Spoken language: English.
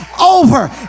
over